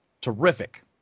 terrific